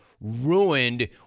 ruined